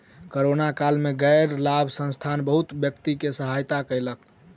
corona काल में गैर लाभ संस्थान बहुत व्यक्ति के सहायता कयलक